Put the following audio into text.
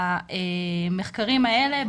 במחקרים האלה,